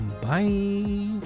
Bye